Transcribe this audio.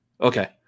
Okay